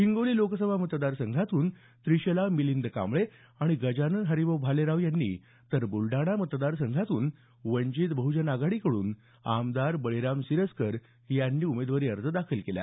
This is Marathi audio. हिंगोली लोकसभा मतदार संघातून त्रिशला मिलींद कांबळे आणि गजानन हरिभाऊ भालेराव या दोघांनी तर बुलडाणा मतदार संघात वंचित बहुजन आघाडीकड्रन आमदार बळीराम सिरस्कर यांनी उमेदवारी अर्ज दाखल केला